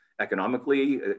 economically